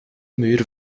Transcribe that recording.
muur